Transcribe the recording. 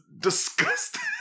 disgusting